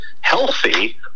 healthy